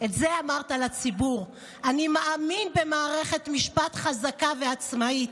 את זה אמרת לציבור: אני מאמין במערכת משפט חזקה ועצמאית.